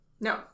No